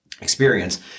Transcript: experience